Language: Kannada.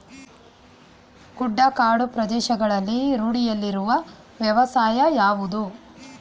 ಗುಡ್ಡಗಾಡು ಪ್ರದೇಶಗಳಲ್ಲಿ ರೂಢಿಯಲ್ಲಿರುವ ವ್ಯವಸಾಯ ಯಾವುದು?